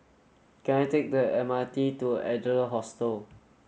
can I take the M R T to Adler Hostel